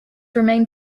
remained